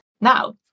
Now